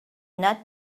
not